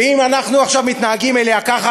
ואם אנחנו עכשיו מתנהגים אליה ככה,